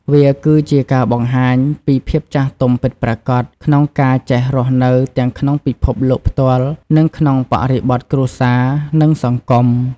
វាគឺជាការបង្ហាញពីភាពចាស់ទុំពិតប្រាកដ ក្នុងការចេះរស់នៅទាំងក្នុងពិភពលោកផ្ទាល់ខ្លួន និងក្នុងបរិបទគ្រួសារ និងសង្គម។